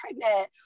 pregnant